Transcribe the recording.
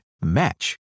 match